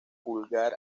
pulgar